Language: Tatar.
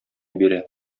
бирә